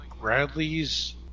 Bradley's